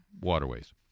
waterways